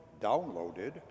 downloaded